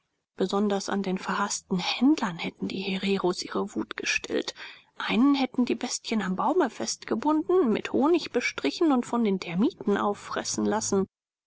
besonders an den verhaßten händlern hätten die hereros ihre wut gestillt einen hätten die bestien am baume festgebunden mit honig bestrichen und von den termiten auffressen lassen